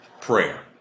prayer